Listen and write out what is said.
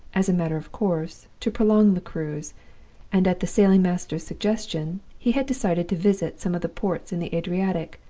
as a matter of course, to prolong the cruise and, at the sailing-master's suggestion, he had decided to visit some of the ports in the adriatic,